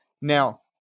Now